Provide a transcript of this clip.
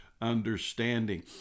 Understanding